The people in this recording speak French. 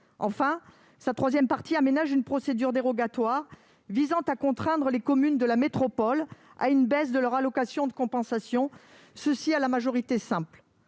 Enfin, la troisième partie aménage une procédure dérogatoire visant à contraindre les communes de la métropole à une baisse de leur attribution de compensation, à la majorité simple